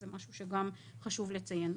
זה משהו שגם חשוב לציין.